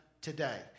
today